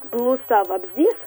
blusa vabzdys